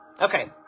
Okay